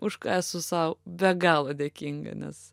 už ką esu sau be galo dėkinga nes